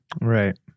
Right